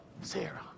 Sarah